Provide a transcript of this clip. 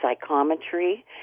psychometry